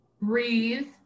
breathe